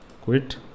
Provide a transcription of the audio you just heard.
Quit